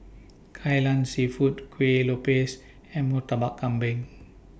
Kai Lan Seafood Kuih Lopes and Murtabak Kambing